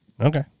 Okay